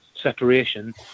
separation